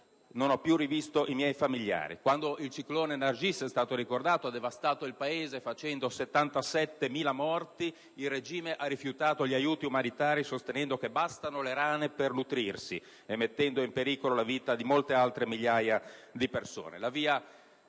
non ho più rivisto i miei familiari». Quando il ciclone Nargis - come è stato ricordato - ha devastato il Paese facendo 77.000 morti, il regime ha rifiutato gli aiuti umanitari internazionali sostenendo che «bastano le rane per nutrirsi» e mettendo in pericolo la vita di migliaia di persone.